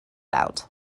out